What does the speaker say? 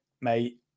mate